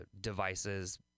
devices